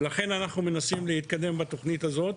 אנחנו מנסים לקדם את התוכנית הזאת.